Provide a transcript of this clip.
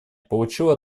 получило